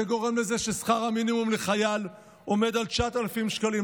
זה גורם לזה ששכר המינימום לחייל מילואים עומד על 9,000 שקלים,